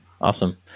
awesome